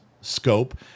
scope